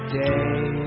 day